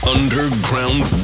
Underground